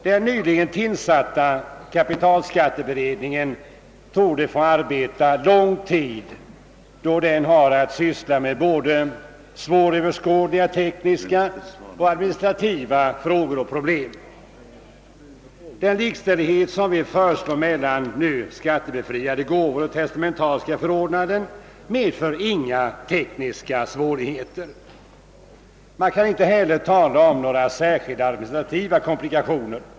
Den nyligen tillsatta kapitalskatteberedningen torde emellertid få arbeta lång tid, då den har att syssla med svåröverskådliga, tekniska och administrativa frågor och problem. Den likställighet som vi föreslår mellan nu skattebefriade gåvor och testamentariska förordnanden medför inga tekniska svårigheter. Man kan inte heller tala om några särskilda administrativa komplikationer.